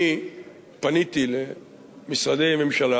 אני פניתי למשרדי ממשלה